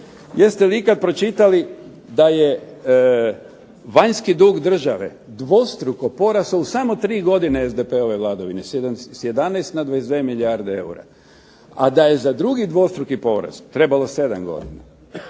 Jeste li ikad pročitali da je vanjski dug države dvostruko porastao u samo 3 godine SDP-ove vladavine, s 11 na 22 milijarde eura, a da je za drugi dvostruki porast trebalo 7 godina?